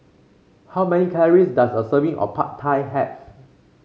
how many calories does a serving of Pad Thai have